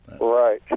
Right